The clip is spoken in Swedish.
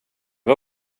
var